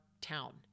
town